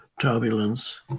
turbulence